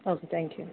okay thank you